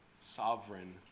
sovereign